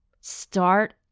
Start